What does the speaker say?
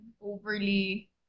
overly